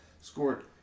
scored